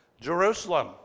Jerusalem